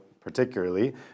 particularly